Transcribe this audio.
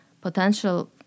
potential